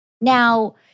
Now